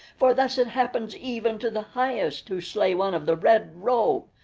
for thus it happens even to the highest who slay one of the red robe.